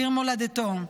עיר מולדתו,